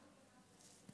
לרשותך.